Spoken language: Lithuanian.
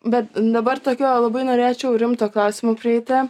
bet dabar tokio labai norėčiau rimto klausimo prieiti